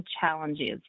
challenges